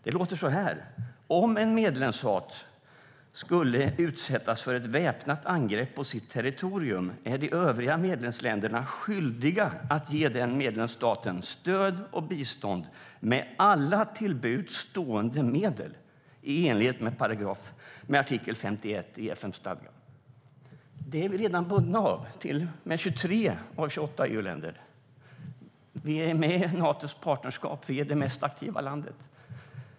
Det låter så här: Om en medlemsstat skulle utsättas för ett väpnat angrepp på sitt territorium är de övriga medlemsländerna skyldiga att ge den medlemsstaten stöd och bistånd med alla till buds stående medel i enlighet med artikel 51 i FN-stadgan. Det är vi redan bundna av med 23 av 28 EU-länder. Vi är med i Natos partnerskap. Vi är det mest aktiva landet.